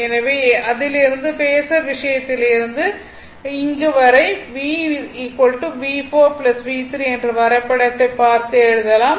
எனவே அதிலிருந்து பேஸர் விஷயத்திலிருந்து அங்கிருந்து இங்கு வரை V V4 V3 என்று வரைபடத்தை பார்த்து எழுதலாம்